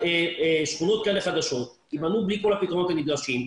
שכונות כאלה חדשות ייבנו בלי כל הפתרונות הנדרשים,